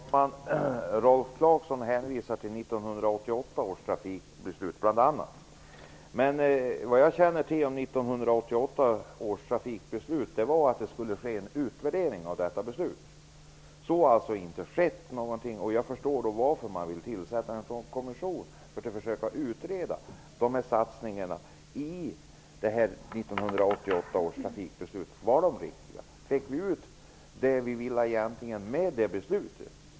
Herr talman! Rolf Clarkson hänvisar bl.a. till 1988 års trafikpolitiska beslut. Men vad jag känner till om 1988 års trafikpolitiska beslut är att det skulle göras en utvärdering av det beslutet. Det har inte skett. Jag förstår att man vill tillsätta en kommission för att försöka utreda satsningarna till följd av 1988 års trafikpolitiska beslut. Var de riktiga? Fick vi ut det som vi egentligen ville med det beslutet?